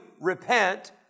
repent